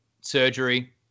surgery